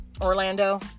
Orlando